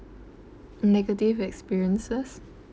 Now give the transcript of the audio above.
negative experiences